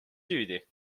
süüdi